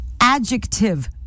adjective